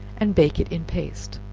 and bake it in paste.